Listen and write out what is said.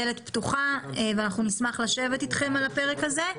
הדלת פתוחה ונשמח לשבת אתכם על הפרק הזה.